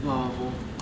!wah! 我